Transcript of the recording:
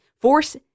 force